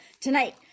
tonight